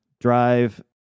drive